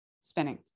spinning